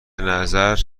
نظر